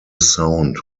sound